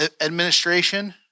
administration